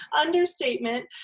understatement